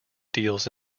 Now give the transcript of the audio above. deals